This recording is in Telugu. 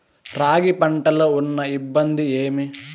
రాగి పంటలో ఉన్న ఇబ్బంది ఏమి?